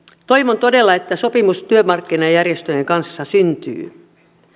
toivon todella että sopimus työmarkkinajärjestöjen kanssa syntyy